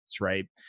right